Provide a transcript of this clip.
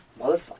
Motherfucker